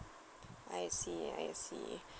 I see I see